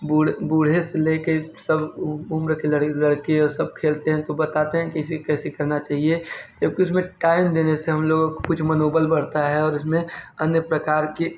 बूढ़ बूढ़े से ले के सब उम्र के लड़के और सब खेलते हैं तो बताते हैं किसे कैसे करना चाहिए जब कि उसमे टाइम देने से हम लोगों को कुछ मनोबल बढ़ता है और उसमे अन्य प्रकार के